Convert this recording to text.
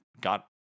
got